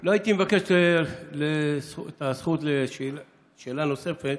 לא הייתי מבקש את הזכות לשאלה נוספת